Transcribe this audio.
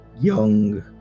young